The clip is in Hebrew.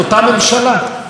כבוד היושב-ראש,